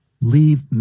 Leave